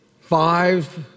Five